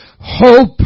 hope